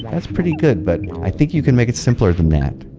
that's pretty good, but i think you can make it simpler than that.